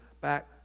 back